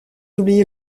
oublié